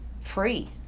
free